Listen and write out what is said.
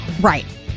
right